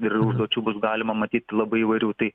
ir užduočių bus galima matyt labai įvairių tai